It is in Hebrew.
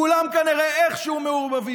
כולם כנראה איכשהו מעורבים.